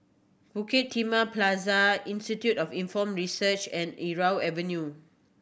Bukit Timah Plaza Institute of Inform Research and Irau Avenue